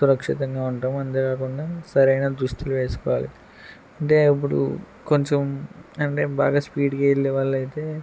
సురక్షితంగా ఉంటాం అంతేకాకుండా సరైన దుస్తులు వేసుకోవాలి అంటే ఇప్పుడు కొంచెం అంటే బాగా స్పీడ్గా వెళ్ళేవాలైతే